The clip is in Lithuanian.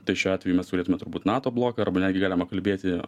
tai šiuo atveju mes turėtume turbūt nato bloką arba netgi galima kalbėti